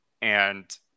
and-